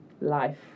Life